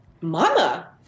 mama